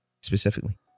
specifically